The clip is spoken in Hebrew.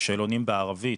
שאלונים בערבית.